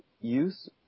use